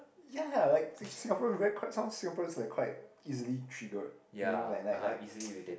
ya like Singaporean very quite some Singaporeans like quite easily triggered you know like like like